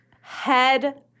head